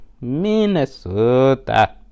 Minnesota